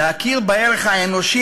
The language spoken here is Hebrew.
להכיר בערך האנושי,